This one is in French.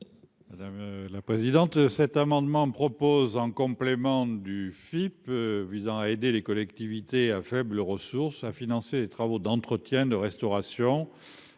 Madame la présidente, cet amendement propose en complément du FIP visant à aider les collectivités à faibles ressources, à financer les travaux d'entretien, de restauration